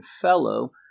fellow